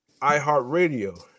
iHeartRadio